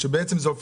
שיש